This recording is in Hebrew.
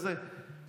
ואני מודה,